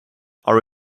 are